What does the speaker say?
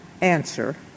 answer